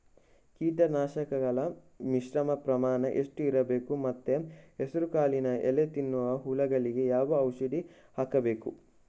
ಕೀಟನಾಶಕಗಳ ಮಿಶ್ರಣ ಪ್ರಮಾಣ ಎಷ್ಟು ಇರಬೇಕು ಮತ್ತು ಹೆಸರುಕಾಳಿನ ಎಲೆ ತಿನ್ನುವ ಹುಳಗಳಿಗೆ ಯಾವ ಔಷಧಿ ಹಾಕಬೇಕು?